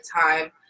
time